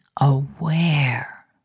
aware